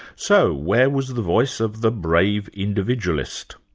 so where was the voice of the brave individualist?